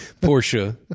Portia